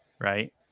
right